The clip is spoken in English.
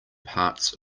parts